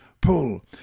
pull